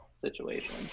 situation